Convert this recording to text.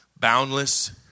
Boundless